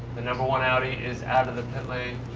the number one audi is out of the pit lane.